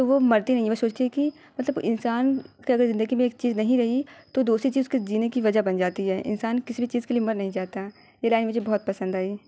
تو وہ مرتی نہیں وہ سوچتی ہے کہ مطلب انسان کے اگر زندگی میں ایک چیز نہیں رہی تو دوسری چیز اس کی جینے کی وجہ بن جاتی ہے انسان کسی بھی چیز کے لیے مر نہیں جاتا یہ لائن مجھے بہت پسند آئی